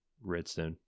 redstone